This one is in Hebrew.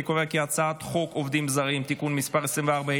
אני קובע כי הצעת חוק עובדים זרים (תיקון מס' 24),